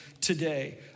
today